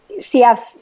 CF